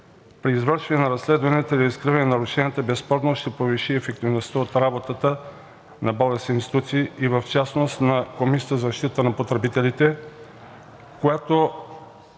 при извършване на разследванията и регистриране на нарушенията безспорно ще повиши ефективността от работата на българските институции и в частност на Комисията за защита на потребителите, която,